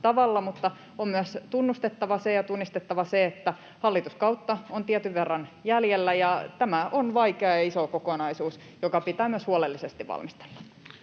se ja tunnistettava se, että hallituskautta on tietyn verran jäljellä ja tämä on vaikea ja iso kokonaisuus, joka pitää myös huolellisesti valmistella.